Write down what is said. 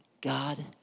God